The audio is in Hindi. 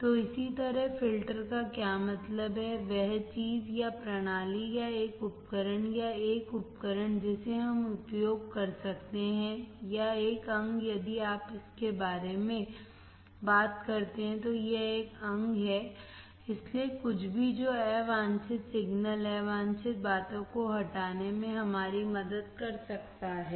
तो इसी तरह फ़िल्टर का क्या मतलब है वह चीज या प्रणाली या एक उपकरण या एक उपकरण जिसे हम उपयोग कर सकते हैं या एक अंग यदि आप इसके बारे में बात करते हैं तो यह एक अंग है इसलिए कुछ भी जो अवांछित सिग्नल अवांछित बातों को हटाने में हमारी मदद कर सकता है